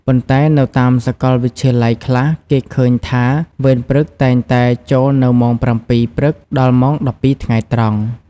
ប៉ុន្តែ នៅតាមសកលវិទ្យាល័យខ្លះ គេឃើញថា វេនព្រឹកតែងតែចូលនៅ ម៉ោង ៧ៈ០០ ព្រឹក ដល់ម៉ោង ១២ៈ០០ ថ្ងែត្រង់ ។